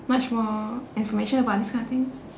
much more information about this kind of things